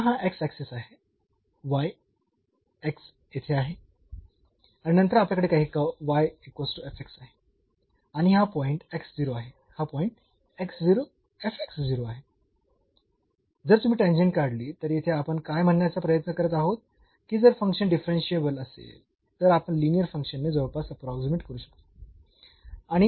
तर पुन्हा हा ऍक्सिस आहे येथे आहे आणि नंतर आपल्याकडे काही कर्व्ह आहे आणि हा पॉईंट आहे हा पॉईंट आहे जर तुम्ही टॅन्जेंट काढली तर येथे आपण काय म्हणण्याचा प्रयत्न करत आहोत की जर फंक्शन डिफरन्शियेबल असेल तर आपण लिनीअर फंक्शनने जवळपास अप्रोक्सीमेट करू शकतो